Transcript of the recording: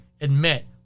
admit